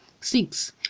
six